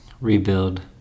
Rebuild